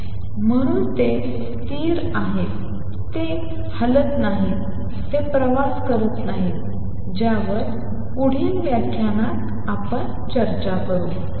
म्हणून ते स्थिर आहेत ते हलत नाहीत ते प्रवास करत नाहीत ज्यावर पुढील व्याख्यानात चर्चा होईल